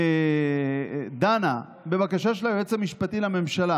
דנה בבקשה של היועץ המשפטי לממשלה